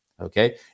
Okay